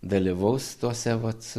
dalyvaus tuose vat